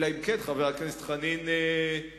אלא אם כן חבר הכנסת חנין סבור,